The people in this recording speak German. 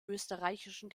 österreichischen